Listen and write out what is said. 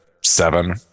seven